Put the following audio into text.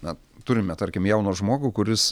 na turime tarkim jauną žmogų kuris